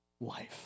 life